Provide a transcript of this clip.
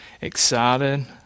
excited